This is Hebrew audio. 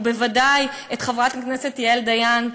ובוודאי את חברת הכנסת יעל דיין,